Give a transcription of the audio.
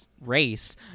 race